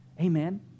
Amen